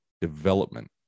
development